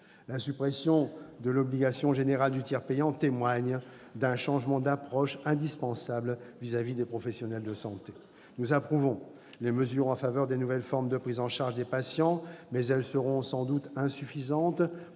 La suppression de l'obligation générale du tiers payant témoigne d'un changement d'approche indispensable vis-à-vis des professionnels de santé. Nous approuvons les mesures en faveur des nouvelles formes de prise en charge des patients, mais elles seront sans doute insuffisantes